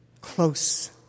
close